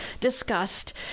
discussed